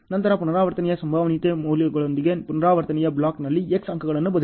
ನಂತರ ಪುನರಾವರ್ತನೆಯ ಸಂಭವನೀಯತೆ ಮೌಲ್ಯಗಳೊಂದಿಗೆ ಪುನರಾವರ್ತನೆಯ ಬ್ಲಾಕ್ನಲ್ಲಿ X ಅಂಕಗಳನ್ನು ಬದಲಿಸಿ